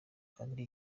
kandi